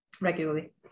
regularly